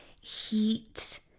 heat